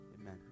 Amen